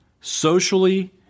socially